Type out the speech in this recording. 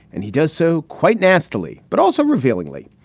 and he does so quite nastily, but also revealingly.